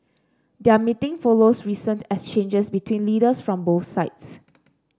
their meeting follows recent exchanges between leaders from both sides